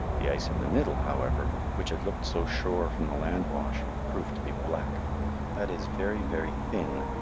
the ice in the middle, however, which had looked so sure from the landwash, proved to be black that is, very, very thin,